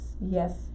Yes